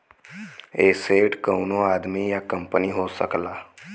asset कउनो आदमी या कंपनी हो सकला